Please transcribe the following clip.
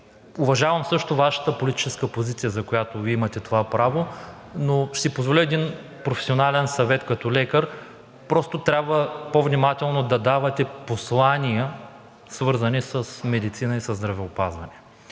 Уважавам Вашата политическа позиция, на която имате право. Но ще си позволя един професионален съвет като лекар: просто трябва по-внимателно да давате послания, свързани с медицина и здравеопазване.